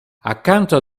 accanto